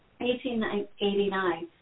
1889